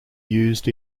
used